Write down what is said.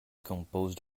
composed